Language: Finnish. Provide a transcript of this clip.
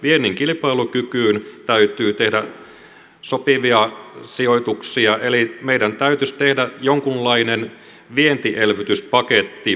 viennin kilpailukykyyn täytyy tehdä sopivia sijoituksia eli meidän täytyisi tehdä jonkunlainen vientielvytyspaketti